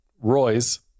Roy's